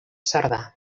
cerdà